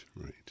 right